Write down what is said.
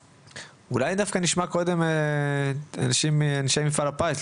אולי דווקא נשמע קודם את אנשי מפעל הפיס,